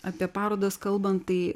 apie parodas kalbant tai